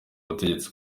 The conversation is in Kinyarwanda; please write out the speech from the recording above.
butegetsi